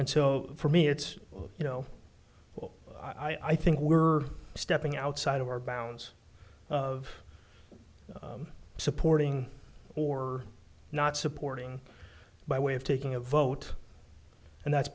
and so for me it's you know what i think we're stepping outside of our bounds of supporting or not supporting by way of taking a vote and that